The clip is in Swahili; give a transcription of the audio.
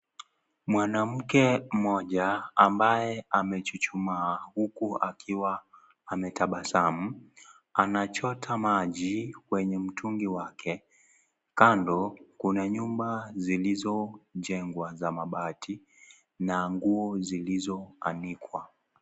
Mwanamke mmoja ambaye amechuchuma huku akiwa ametabasamu anachota maji kwenye mtungi wake , kando kuna nyumba zilizojengwa za mabati na nguo zilizoanikwa